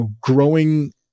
growing